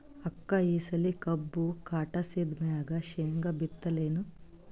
ಅಕ್ಕ ಈ ಸಲಿ ಕಬ್ಬು ಕಟಾಸಿದ್ ಮ್ಯಾಗ, ಶೇಂಗಾ ಬಿತ್ತಲೇನು?